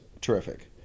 terrific